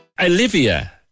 Olivia